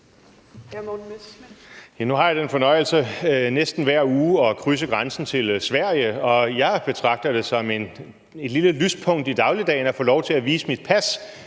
Nu har jeg den fornøjelse næsten hver uge at krydse grænsen til Sverige, og jeg betragter det som et lille lyspunkt i dagligdagen at få lov til at vise mit pas